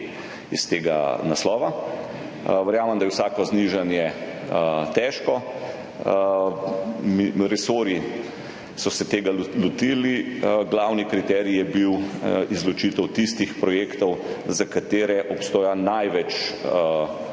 iz tega naslova. Verjamem, da je vsako znižanje težko. Resorji so se tega lotili. Glavni kriterij je bil izločitev tistih projektov, za katere obstaja največ